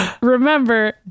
Remember